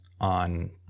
on